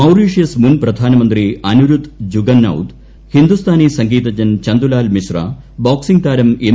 Mauritius മുൻ പ്രധാനമന്ത്രി അനിരുദ്ധ് ജുഗ്നൌദ് ഹിന്ദുസ്ഥാനി സംഗീതജ്ഞൻ ചന്തുലാൽ മിശ്ര ബോക്സ്സിങ് താരം എം